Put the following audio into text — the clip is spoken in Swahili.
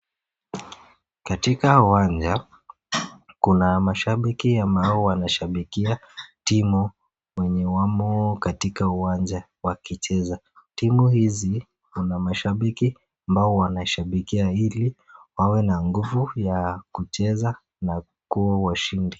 Katika uwanja kuna mashabiki ambao wanashabikia timu wenye wamo katika uwanja wakicheza . Timu hizi kuna mashabiki ambao wanashabikia ili wawe na nguvu ya kucheza na kuwa washindi.